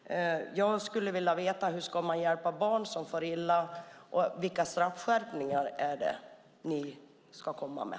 Jag skulle vilja veta hur man ska hjälpa barn som far illa och vilka straffskärpningar som ni tänker komma med.